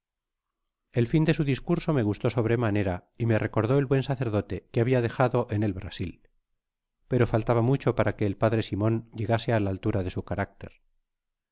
el fin de su discurso me gustó sobremanera y me recordó el buen sacerdote que habia dejado en el brasil pero faltaba mucho para que el p simon llegase á la altura de su carácter